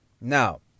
Now